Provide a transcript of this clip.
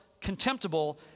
contemptible